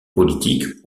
politique